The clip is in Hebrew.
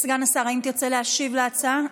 סגן השר, האם תרצה להשיב על ההצעה?